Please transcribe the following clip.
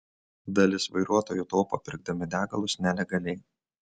dalis vairuotojų taupo pirkdami degalus nelegaliai